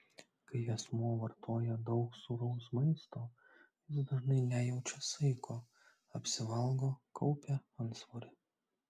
kai asmuo vartoja daug sūraus maisto jis dažnai nejaučia saiko apsivalgo kaupia antsvorį